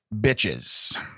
bitches